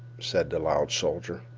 said the loud soldier.